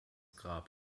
grab